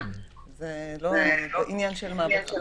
זה לא עניין של מה בכך.